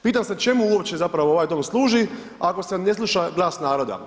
Pitam se čemu uopće zapravo ovaj Dom služi ako se ne sluša glas naroda.